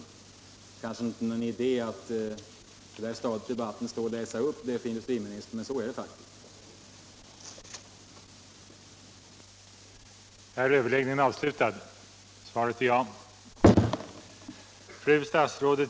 Det är kanske inte någon idé att på det här stadiet av debatten läsa upp detta för industriministern, men så är det faktiskt.